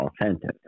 authentic